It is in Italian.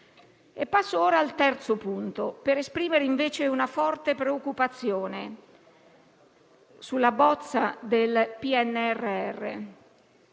Passo ora al terzo punto, per esprimere invece una forte preoccupazione sulla bozza del PNRR.